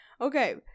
Okay